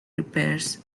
repairs